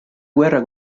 guerra